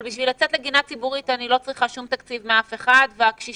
אבל בשביל לצאת לגינה ציבורית אני לא צריכה שום תקציב מאף אחד והקשישים